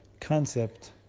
concept